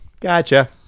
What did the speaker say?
Gotcha